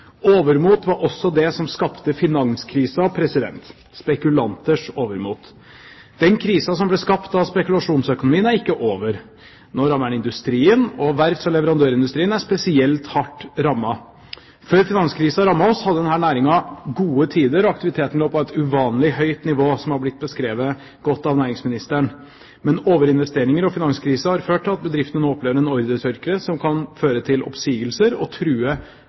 Overmot var også det som skapte finanskrisen – spekulanters overmot. Den krisen som ble skapt av spekulasjonsøkonomien er ikke over. Nå rammer den industrien, og verfts- og leverandørindustrien er spesielt hardt rammet. Før finanskrisen rammet oss, hadde denne næringen gode tider. Aktiviteten lå på et uvanlig høyt nivå, noe som har blitt beskrevet godt av næringsministeren. Men overinvesteringer og finanskrise har ført til at bedriftene nå opplever en ordretørke som kan føre til oppsigelser og true